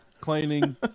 cleaning